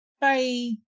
Bye